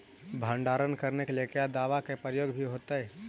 भंडारन करने के लिय क्या दाबा के प्रयोग भी होयतय?